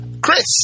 Chris